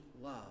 love